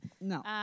No